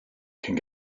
cyn